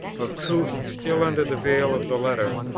of truths still under the veil of the letter,